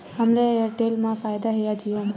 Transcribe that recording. हमला एयरटेल मा फ़ायदा हे या जिओ मा?